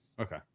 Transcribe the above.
Okay